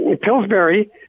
Pillsbury